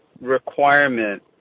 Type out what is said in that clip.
requirement